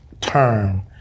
term